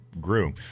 grew